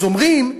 אז אומרים: